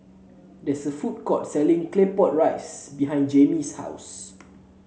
there is a food court selling Claypot Rice behind Jaimie's house